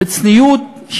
בצניעות,